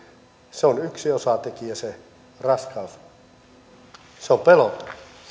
se raskaus on yksi osatekijä se on pelote